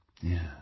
Yeah